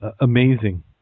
amazing